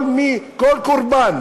כל קורבן